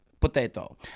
Potato